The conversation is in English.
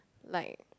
like